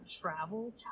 travel